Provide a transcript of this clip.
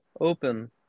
open